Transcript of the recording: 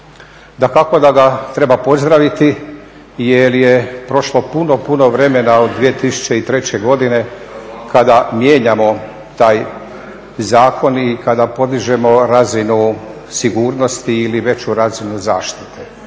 dakako da ga treba pozdraviti jer je prošlo puno, puno vremena od 2003. godine kada mijenjamo taj zakon i kada podižemo razinu sigurnosti ili veću razinu zaštite.